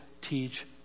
teach